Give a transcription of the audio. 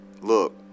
look